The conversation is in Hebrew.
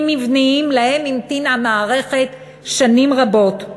מבניים שלהם המתינה המערכת שנים רבות: